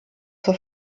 zur